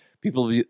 people